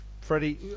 Freddie